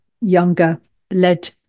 younger-led